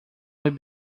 will